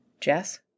Jess